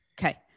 Okay